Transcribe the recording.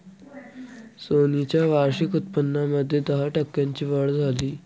Sony च्या वार्षिक उत्पन्नामध्ये दहा टक्क्यांची वाढ झाली